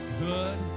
good